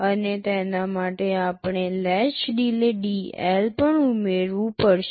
અને તેના માટે આપણે લેચ ડિલે dL પણ ઉમેરવું પડશે